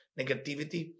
negativity